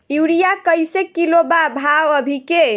Urea कइसे kilo बा भाव अभी के?